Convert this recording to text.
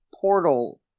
portal